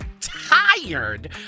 tired